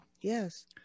Yes